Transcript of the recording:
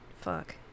Fuck